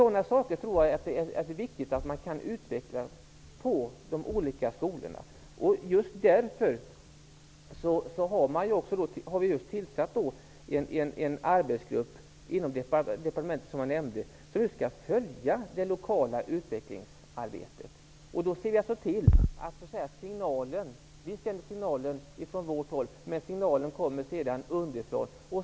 Det är viktigt att man kan utveckla sådant på de olika skolorna. Just därför har vi tillsatt en arbetsgrupp inom departementet som jag nämnde, som skall följa det lokala utvecklingsarbetet. Vi sänder signalen. Signalen kommer sedan underifrån.